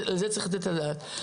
צריך לתת על זה את הדעת.